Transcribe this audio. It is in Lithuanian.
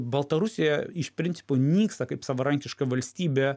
baltarusija iš principo nyksta kaip savarankiška valstybė